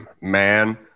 man